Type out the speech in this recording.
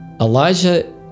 Elijah